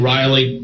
Riley